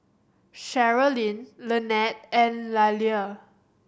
Sherilyn Lynnette and Liller